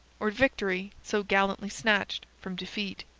or victory so gallantly snatched from defeat.